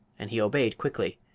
and he obeyed quickly.